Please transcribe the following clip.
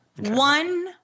One